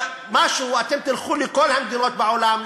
אתם תלכו לכל המדינות בעולם,